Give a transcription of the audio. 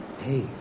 Hey